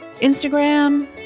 Instagram